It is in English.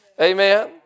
Amen